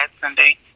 sunday